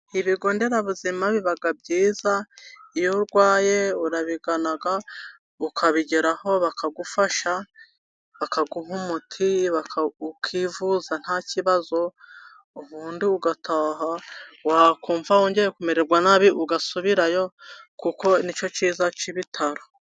Ibigo nderabuzima biba byiza. Iyo urwaye urabigana ukabigeraho bakagufasha bakaguha umuti, ukivuza nta kibazo ubundi ugataha. Wakumva wongeye kumererwa nabi ugasubirayo, kuko nicyo cyiza cy'ibitaro.